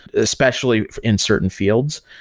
especially in certain fields.